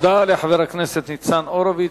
תודה לחבר הכנסת ניצן הורוביץ.